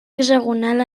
hexagonal